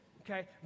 okay